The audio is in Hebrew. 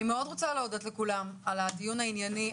אני מאוד רוצה להודות לכולם על הדיון הענייני,